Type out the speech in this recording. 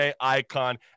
icon